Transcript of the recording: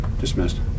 Dismissed